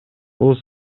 бул